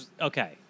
Okay